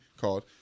called